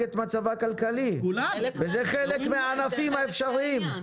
את מצבה הכלכלי וזה חלק מן הענפים האפשריים.